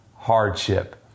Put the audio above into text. Hardship